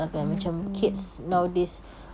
ya betul